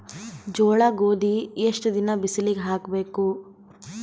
ಜೋಳ ಗೋಧಿ ಎಷ್ಟ ದಿನ ಬಿಸಿಲಿಗೆ ಹಾಕ್ಬೇಕು?